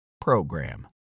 program